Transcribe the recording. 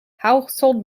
household